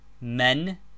Men